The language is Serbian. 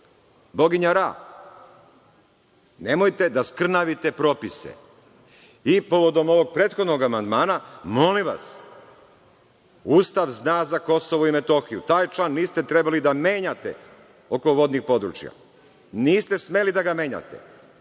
boginja Ra. Nemojte da skrnavite propisa. Povodom ovog prethodnog amandmana, molim vas, Ustav zna za Kosovo i Metohiju, taj član niste trebali da menjate oko vodnih područja, niste smeli da ga menjate.